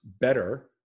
better